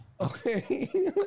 Okay